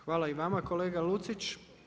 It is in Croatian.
Hvala i vama kolega Lucić.